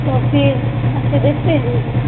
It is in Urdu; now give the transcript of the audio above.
تو پھر آ کے دیکھتے ہیں ہم